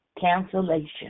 cancellation